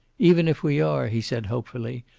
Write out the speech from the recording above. even if we are, he said, hopefully,